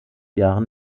jahren